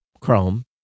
Chrome